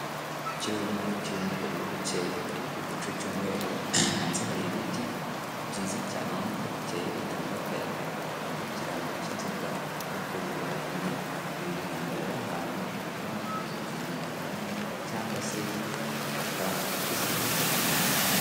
Ikirere ubona ko kirimo ubururu bucyeya, igicu cy'umweru. Hanze har'ibiti byiza cyane, ubona ko bicyeye bitanga akayaga, hariho ikirango cy'inzoga nk'uko ubibona nyine. Ibi biranga rero ahantu ushobora kugenda ukinywera kamwe cyangwa se ugafata ako ushoboye.